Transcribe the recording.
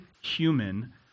human